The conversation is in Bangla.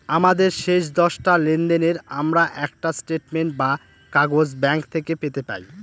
আমাদের শেষ দশটা লেনদেনের আমরা একটা স্টেটমেন্ট বা কাগজ ব্যাঙ্ক থেকে পেতে পাই